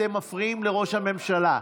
אתם מפריעים לראש הממשלה.